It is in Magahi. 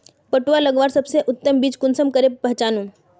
पटुआ लगवार सबसे उत्तम बीज कुंसम करे पहचानूम?